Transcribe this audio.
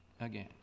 again